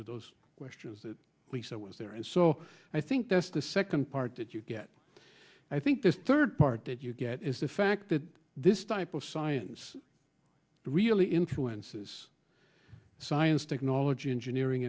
to those questions that we saw was there and so i think that's the second part that you get i think the third part that you get is the fact that this type of science really influence is science technology engineering